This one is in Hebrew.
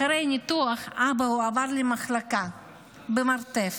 אחרי הניתוח אבא הועבר למחלקה במרתף.